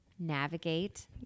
Navigate